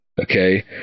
Okay